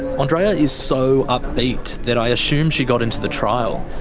andreea is so upbeat that i assume she got into the trial.